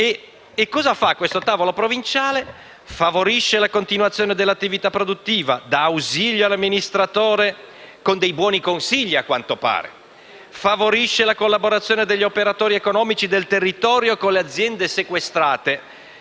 Questo tavolo cosa fa? Favorisce la continuazione dell'attività produttiva; dà ausilio all'amministratore con dei buoni consigli, a quanto pare. Favorisce la collaborazione degli operatori economici del territorio con le aziende sequestrate